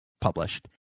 published